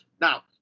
Now